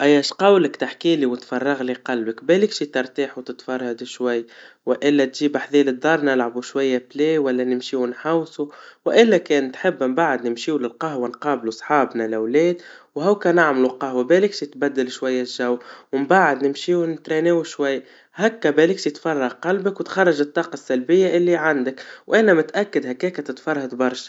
أيش قولك تحكيلي وتفرغلي قلبك, بالك شي ترتاح وتتفرهد شوي, وإلا تججيب احزا للدارنا نلعبوا شوي بلاي ولا نمشي ونحاوصوا, وإلا كان تحب نبعد نمشوا للقهوة نقابلوا صحابنا الولاد, أو كا نعملوا قهوة, بالك شي نبدل شوية الجو, مبعد نمشيو نترينيو شوي, هكا بالك سشيتفرغ قلبك وتخرج الطاقة السلبية اللي عندك, وانا متأكد هككا تتفرهد بشا.